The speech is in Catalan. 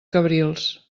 cabrils